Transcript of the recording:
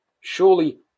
Surely